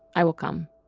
i will come.